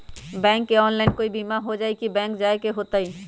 Bank से online कोई बिमा हो जाई कि बैंक जाए के होई त?